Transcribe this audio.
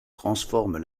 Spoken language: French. transforment